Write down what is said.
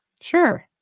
Sure